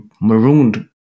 marooned